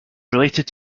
related